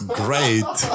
great